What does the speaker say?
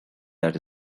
that